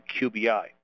QBI